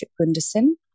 Gunderson